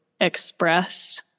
express